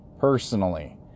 personally